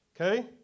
Okay